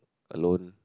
alone